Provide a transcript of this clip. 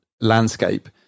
landscape